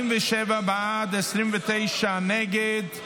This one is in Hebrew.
47 בעד, 29 נגד,